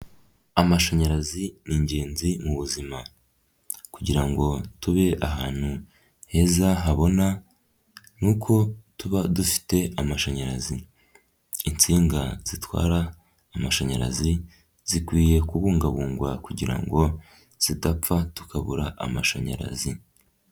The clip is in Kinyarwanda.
Amashanyarazi ni ingenzi mu buzima kugira ngo tube ahantu heza habona, ni uko tuba dufite amashanyarazi. Insinga zitwara amashanyarazi zikwiye kubungabungwa kugira ngo zidapfa tukabura amashanyarazi.